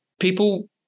people